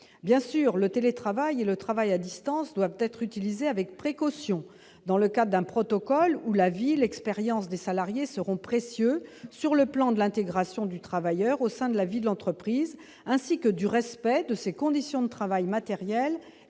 bien sûr le télétravail et le travail à distance doivent être utilisés avec précaution dans le cas d'un protocole ou la vie, l'expérience des salariés seront précieux sur le plan de l'intégration du travailleur au sein de la vie de l'entreprise ainsi que du respect de ces conditions de travail matériel et